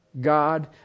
God